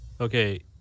Okay